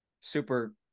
super –